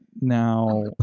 Now